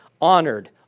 honored